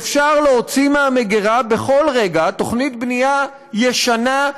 אפשר להוציא מהמגרה בכל רגע תוכנית בנייה ישנה,